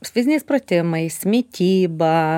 su fiziniais pratimais mityba